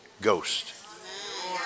Ghost